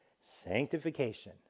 sanctification